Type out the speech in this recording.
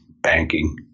banking